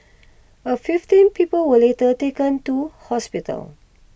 a fifteen people were later taken two hospitals